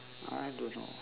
I don't know